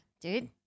dude